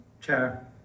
Chair